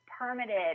permitted